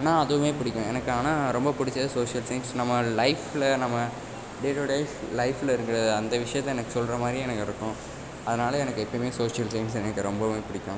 ஆனால் அதுவும் பிடிக்கும் எனக்கு ஆனால் ரொம்ப பிடிச்சது சோஷியல் சயின்ஸ் நம்ம லைஃபில் நம்ம டே டுடே லைஃபில் இருக்கிற அந்த விஷியத்த எனக்கு சொல்லுற மாதிரியும் எனக்கு இருக்கும் அதனாலே எனக்கு எப்போயுமே சோஷியல் சயின்ஸ் எனக்கு ரொம்பவும் பிடிக்கும்